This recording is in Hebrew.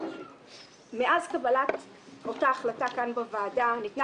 מאז קבלת אותה החלטה כאן בוועדה ניתנה